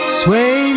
sway